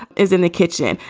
is in the kitchen.